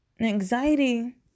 Anxiety